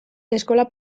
eskola